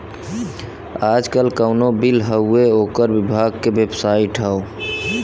आजकल कउनो बिल हउवे ओकर विभाग के बेबसाइट हौ